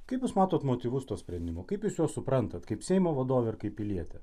kaip jūs matot motyvus tų sprendimų kaip jūs juos suprantat kaip seimo vadovė ir kaip pilietė